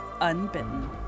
unbitten